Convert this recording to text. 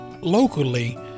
locally